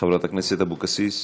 חברת הכנסת אבקסיס,